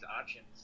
options